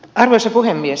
arvoisa puhemies